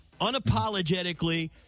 unapologetically